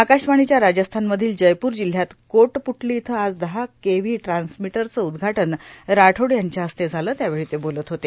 आकाशवाणीच्या राजस्थानमधील जयपूर जिल्ह्यात कोटपूटली इथं आज दहा केव्ही ट्रान्समिटरचं उद्घाटन राठोड यांच्या हस्ते झालं त्यावेळी ते बोलत होते